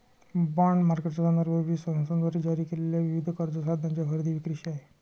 bond मार्केटचा संदर्भ विविध संस्थांद्वारे जारी केलेल्या विविध कर्ज साधनांच्या खरेदी विक्रीशी आहे